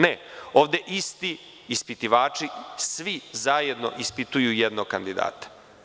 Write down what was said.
Ne, ovde isti ispitivači, svi zajedno ispituju jednog kandidata.